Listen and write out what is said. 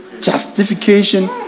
justification